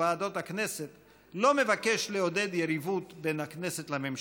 בוועדות הכנסת לא מבקש לעודד יריבות בין הכנסת לממשלה,